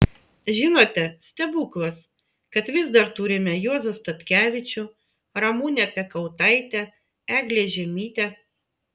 žinote stebuklas kad vis dar turime juozą statkevičių ramunę piekautaitę eglę žiemytę